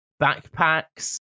backpacks